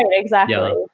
and exactly.